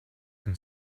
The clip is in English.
and